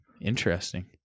interesting